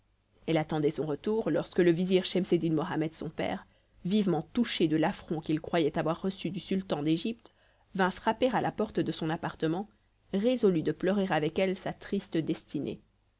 elle attendait son retour lorsque le vizir schemseddin mohammed son père vivement touché de l'affront qu'il croyait avoir reçu du sultan d'égypte vint frapper à la porte de son appartement résolu de pleurer avec elle sa triste destinée